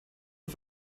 auf